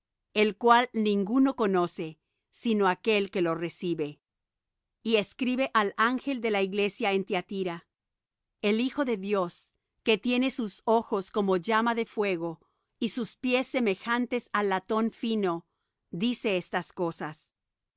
el cual ninguno conoce sino aquel que lo recibe y escribe al ángel de la iglesia en tiatira el hijo de dios que tiene sus ojos como llama de fuego y sus pies semejantes al latón fino dice estas cosas